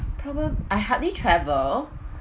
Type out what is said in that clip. problem I hardly travel